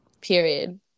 Period